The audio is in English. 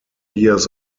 years